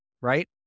right